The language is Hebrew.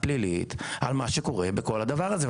פלילית על מה שקורה בכל הדבר הזה.